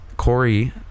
Corey